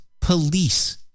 police